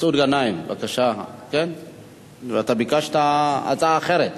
מסעוד גנאים, בבקשה, ביקשת הצעה אחרת.